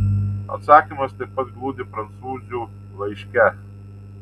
atsakymas taip pat glūdi prancūzių laiške